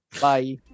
bye